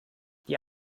die